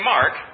Mark